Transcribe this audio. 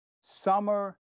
Summer